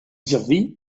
jardí